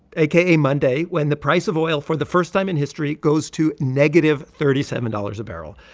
aka monday, when the price of oil for the first time in history goes to negative thirty seven dollars a barrel.